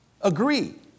agree